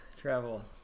travel